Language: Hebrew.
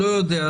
לא יודע,